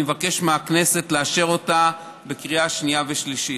ואני מבקש מהכנסת לאשר אותה בקריאה שנייה ושלישית.